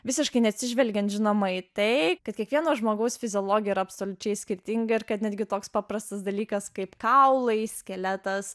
visiškai neatsižvelgiant žinoma į tai kad kiekvieno žmogaus fiziologija absoliučiai skirtinga ir kad netgi toks paprastas dalykas kaip kaulai skeletas